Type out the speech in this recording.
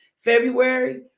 February